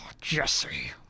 jesse